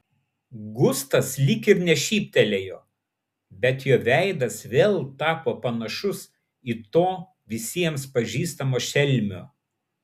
gustas lyg ir nešyptelėjo bet jo veidas vėl tapo panašus į to visiems pažįstamo šelmio